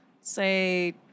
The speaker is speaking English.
say